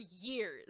years